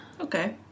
Okay